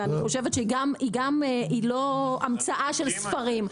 ואני חושבת שהיא גם לא המצאה של ספרים.